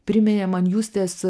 priminė man justės